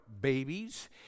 babies